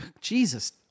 Jesus